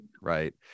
Right